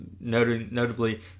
Notably